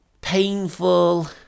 painful